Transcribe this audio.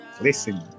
Listen